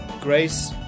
Grace